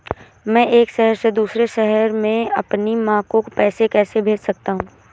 मैं एक शहर से दूसरे शहर में अपनी माँ को पैसे कैसे भेज सकता हूँ?